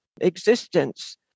existence